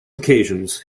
occasions